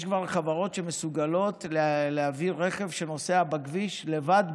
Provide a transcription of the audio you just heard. יש כבר חברות שמסוגלות להביא רכב שנוסע בכביש לבד,